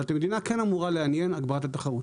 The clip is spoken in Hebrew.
אבל את המדינה כן אמורה לעניין הגברת התחרות.